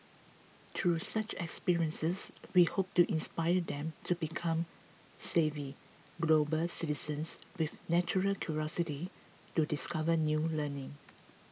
through such experiences we hope to inspire them to become savvy global citizens with natural curiosity to discover new learning